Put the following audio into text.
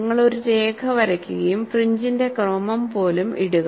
നിങ്ങൾ ഒരു രേഖ വരയ്ക്കുകയും ഫ്രിൻജിന്റെ ക്രമം പോലും ഇടുക